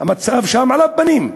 המצב שם על הפנים,